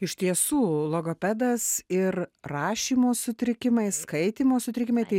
iš tiesų logopedas ir rašymo sutrikimai skaitymo sutrikimai tai